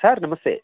sir ನಮಸ್ತೆ